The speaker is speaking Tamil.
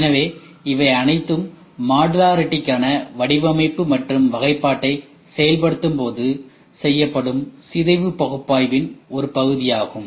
எனவே இவை அனைத்தும் மாடுலாரிடிகான வடிவமைப்பு மற்றும் வகைப்பாட்டை செயல்படுத்தும்போது செய்யப்படும் சிதைவு பகுப்பாய்வின் ஒரு பகுதியாகும்